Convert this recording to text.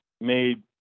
made